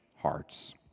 hearts